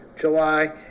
July